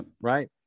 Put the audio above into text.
right